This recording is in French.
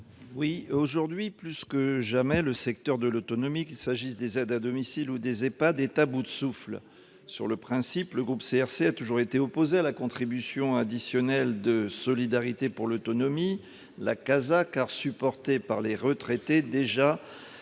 Aujourd'hui, plus que jamais, le secteur de la perte d'autonomie, qu'il s'agisse des aides à domicile ou des EHPAD, est à bout de souffle. Sur le principe, le groupe CRCE a toujours été opposé à la contribution additionnelle de solidarité pour l'autonomie, la CASA, car elle est supportée par les retraités,